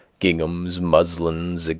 ginghams, muslins, ah